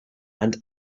and